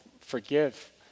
forgive